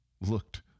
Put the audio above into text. looked